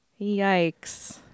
Yikes